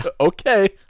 Okay